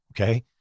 okay